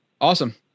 Awesome